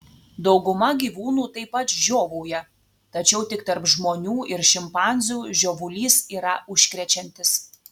dauguma gyvūnų taip pat žiovauja tačiau tik tarp žmonių ir šimpanzių žiovulys yra užkrečiantis